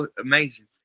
amazing